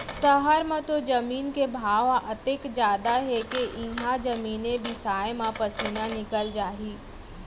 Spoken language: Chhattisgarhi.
सहर म तो जमीन के भाव ह अतेक जादा हे के इहॉं जमीने बिसाय म पसीना निकल जाही